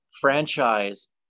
franchise